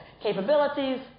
capabilities